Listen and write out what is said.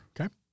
Okay